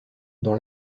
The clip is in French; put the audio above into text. dans